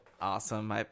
awesome